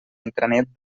intranet